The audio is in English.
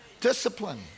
Discipline